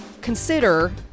consider